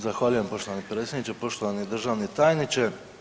Zahvaljujem poštovani predsjedniče, poštovani državni tajniče.